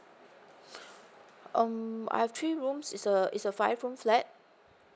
um I've three rooms is a is a five room flat